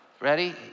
ready